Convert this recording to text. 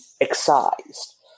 excised